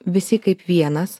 visi kaip vienas